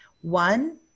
One